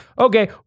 Okay